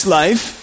life